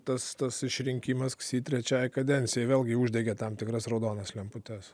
tas tas išrinkimas ksi trečiai kadencijai vėlgi uždegė tam tikras raudonas lemputes